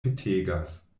petegas